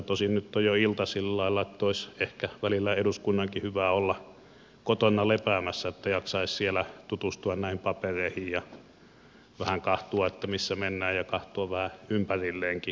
tosin nyt on jo ilta sillä lailla että olisi ehkä välillä eduskunnankin hyvä olla kotona lepäämässä niin että jaksaisi siellä tutustua näihin papereihin ja vähän katsoa missä mennään ja katsoa vähän ympärilleenkin välillä ettei aina olisi puhumassa